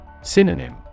Synonym